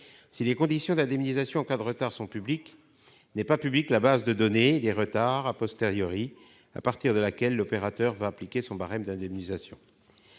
Si les conditions d'indemnisation en cas de retard sont publiques, n'est pas publique la base de données des retards, à partir de laquelle l'opérateur va appliquer son barème d'indemnisation.